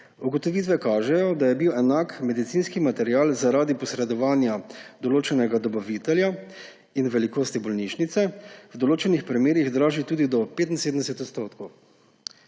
Ugotovitve kažejo, da je bil enak medicinski material zaradi posredovanja določenega dobavitelja in velikosti bolnišnice v določenih primerih dražji tudi do 75 %.